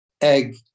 egg